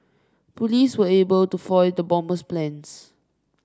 police were able to foil the bomber's plans